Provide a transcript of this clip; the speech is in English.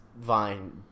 Vine